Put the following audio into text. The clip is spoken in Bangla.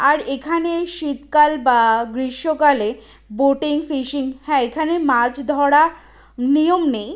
আর এখানে এই শীতকাল বা গ্রীষ্মকালে বোটিং ফিশিং হ্যাঁ এখানে মাছ ধরা নিয়ম নেই